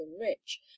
rich